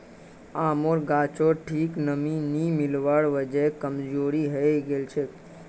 आमेर गाछोत ठीक नमीं नी मिलवार वजह कमजोर हैं गेलछेक